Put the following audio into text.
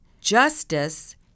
Justice